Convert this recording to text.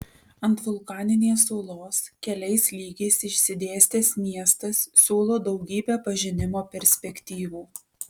ant vulkaninės uolos keliais lygiais išsidėstęs miestas siūlo daugybę pažinimo perspektyvų